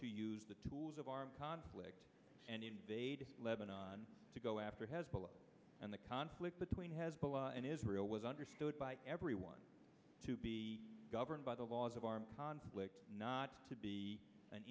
to use the tools of armed conflict and invade lebanon to go after hezbollah and the conflict between hezbollah and israel was understood by everyone to be governed by the laws of armed conflict not to be an